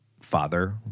father